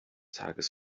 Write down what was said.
tages